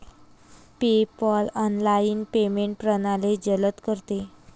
PayPal online payment प्रणाली जलद करते